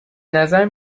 نظرم